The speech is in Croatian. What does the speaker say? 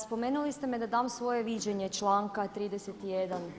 Spomenuli ste me da dam svoje viđenje članka 31.